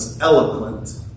eloquent